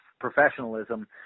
professionalism